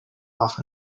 off